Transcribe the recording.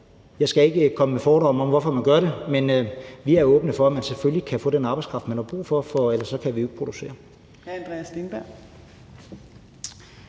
Jeg skal ikke komme med et foredrag om hvorfor, men vi er åbne for, at man selvfølgelig kan få den arbejdskraft, man har brug for, for ellers kan vi jo ikke producere.